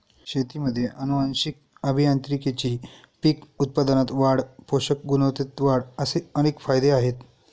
शेतीमध्ये आनुवंशिक अभियांत्रिकीचे पीक उत्पादनात वाढ, पोषक गुणवत्तेत वाढ असे अनेक फायदे आहेत